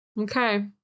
Okay